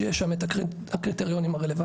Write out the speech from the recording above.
שיש שם את הקריטריונים הרלוונטיים.